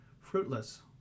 fruitless